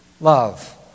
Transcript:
love